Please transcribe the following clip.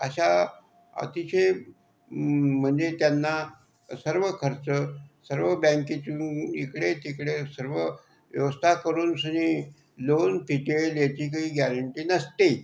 अशा अतिशय म्हणजे त्यांना सर्व खर्च सर्व बँकेचे लोन ईकडेतिकडे सर्व व्यवस्था करुनशीनी लोन फिटेल ह्याची काही गॅरेंटी नसते